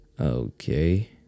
okay